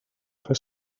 for